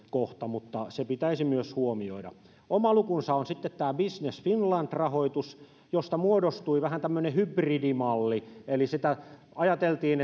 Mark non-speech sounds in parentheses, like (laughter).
kohta mutta se pitäisi myös huomioida oma lukunsa on sitten tämä business finland rahoitus josta muodostui vähän tämmöinen hybridimalli eli ajateltiin (unintelligible)